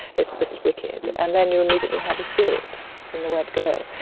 is this is wicked, and then you immediately have this guilt from the word go.